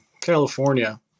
California